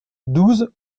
douze